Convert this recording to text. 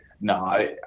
no